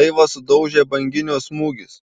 laivą sudaužė banginio smūgis